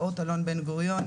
"אורט אלון בן גוריון",